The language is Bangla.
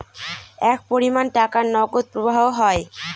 এক পরিমান টাকার নগদ প্রবাহ হয়